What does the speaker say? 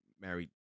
married